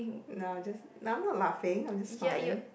no just no I'm not laughing I'm just smiling